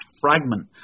fragment